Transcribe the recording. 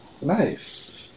Nice